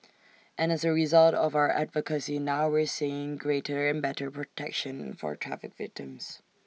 and as A result of our advocacy now we're seeing greater and better protection for traffic victims